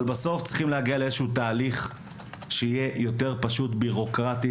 אבל בסוף צריכים להגיע לאיזשהו תהליך שיהיה יותר פשוט ביורוקרטית,